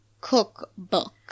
cookbook